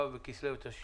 ו' בכסלו התשפ"א.